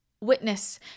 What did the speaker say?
witness